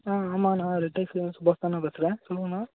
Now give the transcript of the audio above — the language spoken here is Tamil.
ஆ ஆமாண்ணா ரெட் டேக்ஸிலிருந்து சுபாஷ்தாண்ணா பேசுகிறேன் சொல்லுங்கண்ணா